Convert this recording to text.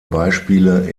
beispiele